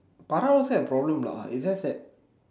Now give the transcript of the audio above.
Farah also have problem is just that